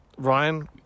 Ryan